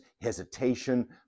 hesitation